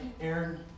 Aaron